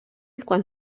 quan